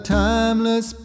timeless